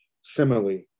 simile